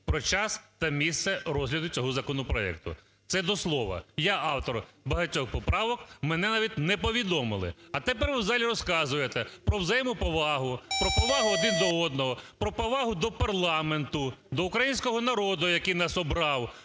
про час та місце розгляду цього законопроекту. Це до слова. Я – автор багатьох поправок. Мене навіть не повідомили. А тепер ви в залі розказуєте про взаємоповагу, про повагу один до одного, про повагу до парламенту, до українського народу, який нас обрав.